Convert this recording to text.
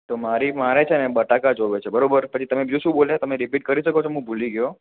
તો મારી મારે છે બટાકા જોઇએ છે બરાબર પછી તમે બીજુ શું બોલ્યા તમે રીપીટ કરી શકો છો મું ભૂલી ગયો